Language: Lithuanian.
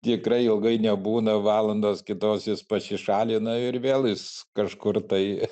tikrai ilgai nebūna valandos kitos jis pasišalina ir vėl jis kažkur tai